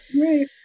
right